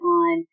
on